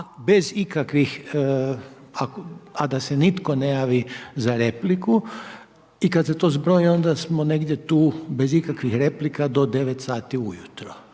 bez ikakvih a da se nitko ne javi za repliku. I kada se to zbroji, onda smo negdje tu bez ikakvih replika do 9 sati ujutro,